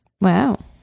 Wow